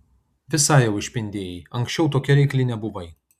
visai jau išpindėjai anksčiau tokia reikli nebuvai